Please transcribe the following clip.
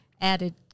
added